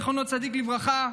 זכר צדיק לברכה,